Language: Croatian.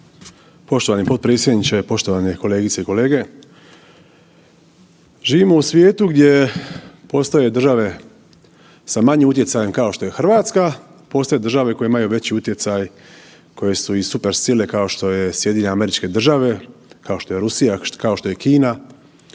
Poštovani potpredsjedniče, poštovani kolegice i kolege. Živimo u svijetu gdje postoje države sa manjim utjecajem kao što je Hrvatska, postoje države koje imaju veći utjecaj, koje su i supersile kao što je SAD, kao što je Rusija, kao što je Kina,